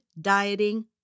dieting